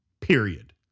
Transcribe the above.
period